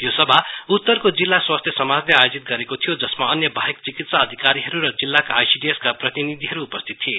यो सभा उत्तरको जिल्ला स्वास्थ्या समाजले आयोजित गरेको थियो जसमा अन्य बाहेक चिकित्सा अधिकारीहरु र जिल्लाका आइसीडीएसका प्रतिनिधिहरु उपस्थित थिए